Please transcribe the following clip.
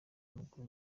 w’amaguru